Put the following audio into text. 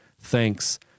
Thanks